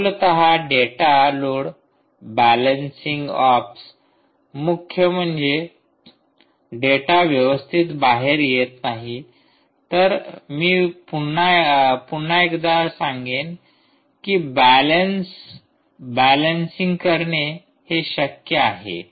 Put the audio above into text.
मूलतः data load balancing ops म्हणजे data व्यवस्थित बाहेर येत नाही तर मी पुन्हा एकदा हे सांगेन कि बॅलन्स बॅलन्सींग करणे शक्य आहे